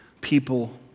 people